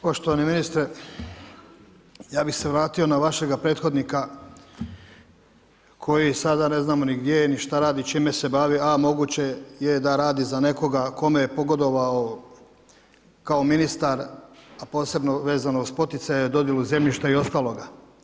Poštovani ministre, ja bih se vratio na vašega prethodnika koji sada ne znamo ni gdje je, ni šta radi, čime se bavi a moguće je da radi za nekoga kome je pogodovao kao ministar, a posebno vezano uz poticaje, dodjelu zemljišta i ostaloga.